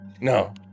no